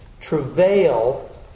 travail